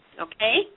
Okay